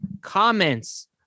comments